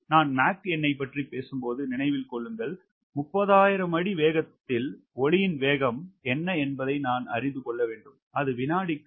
நான் மாக் எண்ணைப் பற்றி பேசும்போது நினைவில் கொள்ளுங்கள் 30000 அடி வேகத்தில் ஒலியின் வேகம் என்ன என்பதை நான் அறிந்து கொள்ள வேண்டும் அது வினாடிக்கு 994